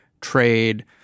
trade